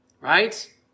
Right